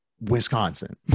Wisconsin